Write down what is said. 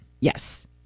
Yes